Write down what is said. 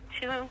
two